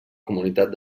comunitat